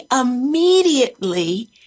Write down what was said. immediately